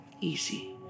Easy